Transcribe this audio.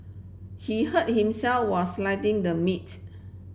he hurt himself while sliding the meat